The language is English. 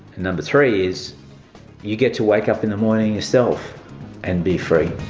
number three is you get to wake up in the morning yourself and be free.